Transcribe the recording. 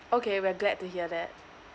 okay we're glad to hear that